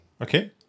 Okay